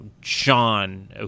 Sean